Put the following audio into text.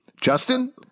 Justin